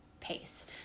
pace